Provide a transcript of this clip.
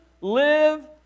live